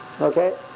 Okay